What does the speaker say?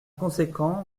conséquent